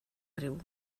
riu